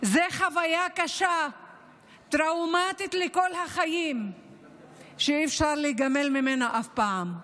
הוא חוויה קשה וטראומטית לכל החיים שאי-אפשר להיגמל ממנה אף פעם,